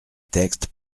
texte